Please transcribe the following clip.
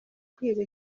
kwiba